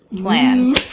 plan